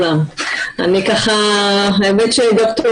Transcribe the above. למען האמת אני שמחה להיות אחרי ד"ר